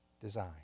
design